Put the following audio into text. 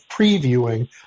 previewing